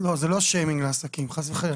שיימינג לעסקים, חס וחלילה.